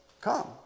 come